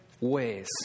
ways